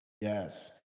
Yes